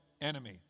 enemy